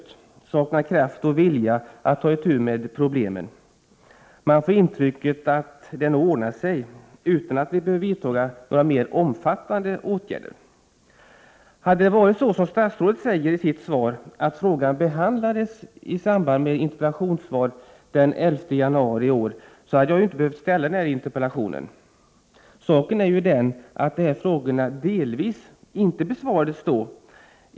Det visar att statsrådet saknar kraft och vilja att ta itu med problemen. Man får inrycket att statsrådet anser att det nog ordnar sig utan att några mer omfattande åtgärder behöver vidtas. Hade det varit så som statsrådet säger i sitt svar att frågan behandlades i samband med ett interpellationssvar den 11 januari i år, hade jag inte behövt ställa den här interpellationen. Saken är ju den att de här frågorna delvis inte besvarades då.